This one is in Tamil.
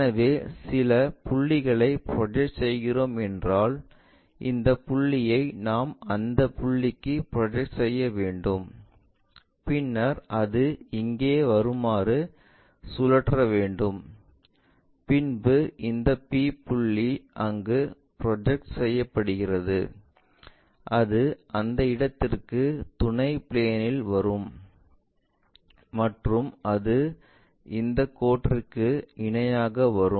எனவே சில புள்ளிகளை ப்ரொஜெக்ட் செய்கிறோம் என்றால் இந்த புள்ளியை நாம் அந்த புள்ளிக்கு ப்ரொஜெக்ட் செய்ய வேண்டும் பின்பு அது இங்கே வருமாறு சுழற்ற வேண்டும் பின்பு இந்த p புள்ளி அங்கு ப்ரொஜெக்ட் செய்யப்பட்டுள்ளது அது அந்த இடத்திற்கு துணை பிளேன் இல் வரும் மற்றும் அது இந்த கோட்டுக்கு இணையாக வரும்